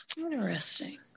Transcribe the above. Interesting